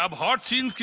um hot scene